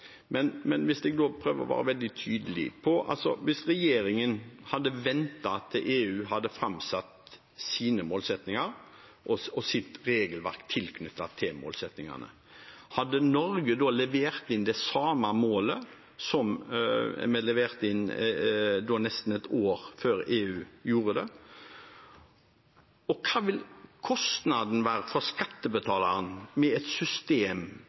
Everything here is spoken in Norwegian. Men hvis jeg prøver å være veldig tydelig på følgende: Hvis regjeringen hadde ventet til EU hadde framsatt sine målsettinger og sitt regelverk tilknyttet det, hadde Norge da levert inn det samme målet som det vi leverte inn nesten et år før EU gjorde det? Hva vil kostnaden være for skattebetaleren med et system